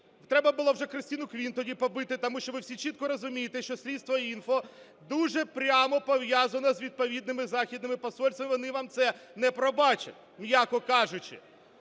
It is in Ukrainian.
Треба було вже Крістіну Квін тоді побити, тому що ви всі чітко розумієте, що Слідство.Інфо дуже прямо пов'язано з відповідними західними посольствами, вони вам це не пробачать, м'яко кажучи.